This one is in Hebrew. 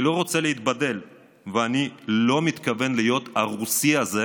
אני לא רוצה להתבדל ואני לא מתכוון להיות "הרוסי הזה"